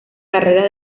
carreras